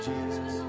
Jesus